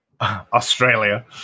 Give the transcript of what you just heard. Australia